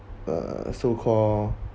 uh so called